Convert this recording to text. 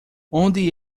onde